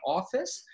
office